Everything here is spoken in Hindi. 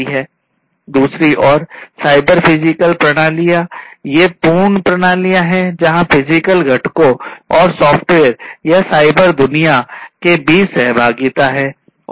दूसरी ओर साइबर फिजिकल प्रणालियां ये पूर्ण प्रणालियां हैं जहां फिजिकल घटकों और सॉफ़्टवेयर या साइबर दुनिया के बीच एक सहभागिता है